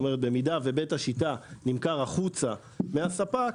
כלומר אם בית השיטה נמכר החוצה מהספק,